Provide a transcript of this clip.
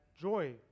joy